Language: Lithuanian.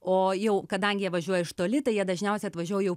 o jau kadangi jie važiuoja iš toli tai jie dažniausiai atvažiuoja jau